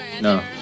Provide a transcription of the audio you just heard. No